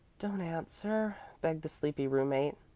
don't answer, begged the sleepy roommate.